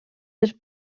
dels